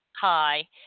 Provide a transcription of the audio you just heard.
Hi